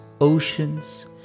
oceans